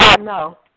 No